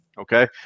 okay